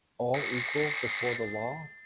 all equal before the law?